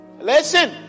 Listen